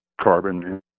carbon